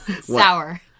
Sour